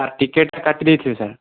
sir ଟିକେଟ୍ଟା କାଟିଦେଇଥିବେ sir